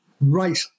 right